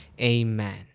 amen